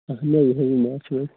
اہن حظ أسۍ حظ چھِ ماچھِ وٲلۍ